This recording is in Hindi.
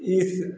इस